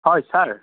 হয় ছাৰ